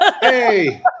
Hey